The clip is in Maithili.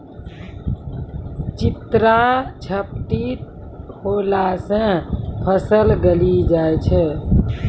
चित्रा झपटी होला से फसल गली जाय छै?